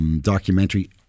documentary